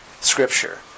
Scripture